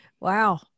wow